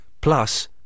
plus